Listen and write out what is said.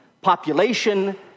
population